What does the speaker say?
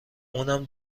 اونم